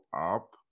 up